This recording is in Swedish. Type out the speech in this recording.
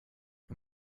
jag